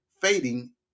fading